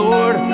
Lord